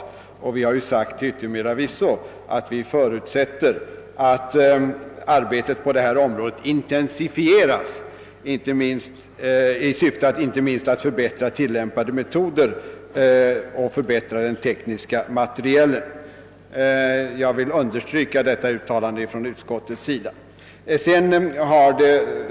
Till yttermera visso har vi uttalat att vi förutsätter att »verkets arbete på området intensifieras i syfte inte minst att förbättra tillämpade metoder samt den tekniska materielen». Jag vill understryka detta utskottets uttalande.